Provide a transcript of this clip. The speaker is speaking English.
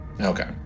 Okay